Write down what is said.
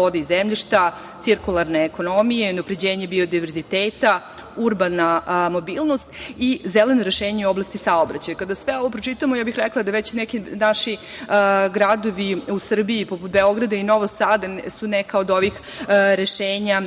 vode i zemljišta, cirkularna ekonomija, unapređenje biodiverziteta, urbana mobilnost i zeleno rešenje u oblasti saobraćaja. Kada sve ovo pročitamo, ja bih rekla da već neki naši gradovi u Srbiji poput Beograda i Novog Sada su neka od ovih rešenja